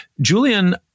Julian